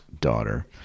daughter